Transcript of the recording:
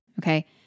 okay